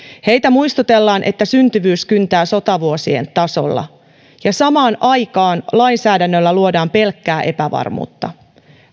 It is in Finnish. heitä muistutellaan että syntyvyys kyntää sotavuosien tasolla ja samaan aikaan lainsäädännöllä luodaan pelkkää epävarmuutta